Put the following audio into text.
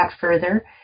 further